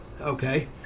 Okay